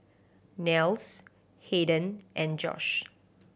Nels Hayden and Josh